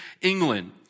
England